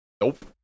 Nope